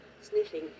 sniffing